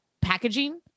packaging